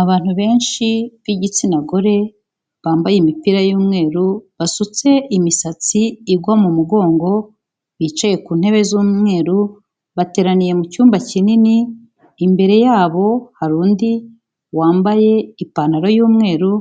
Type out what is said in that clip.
Abantu benshi b'igitsina gore bambaye imipira y'umweru, basutse imisatsi igwa mu mugongo, bicaye ku ntebe z'umweru, bateraniye mu cyumba kinini, imbere yabo hari undi wambaye ipantaro y'umweru